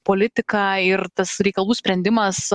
politiką ir tas reikalų sprendimas